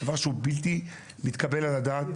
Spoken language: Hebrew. דבר שהוא בלתי מתקבל על הדעת.